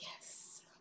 yes